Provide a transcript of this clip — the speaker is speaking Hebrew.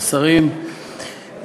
השרים,